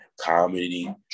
comedy